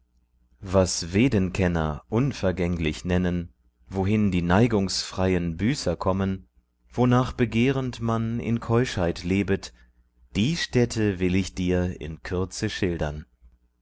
was vedenkenner unvergänglich nennen wohin die neigungsfreien büßer kommen wonach begehrend man in keuschheit lebet die stätte will ich dir in kürze schildern